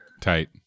Tight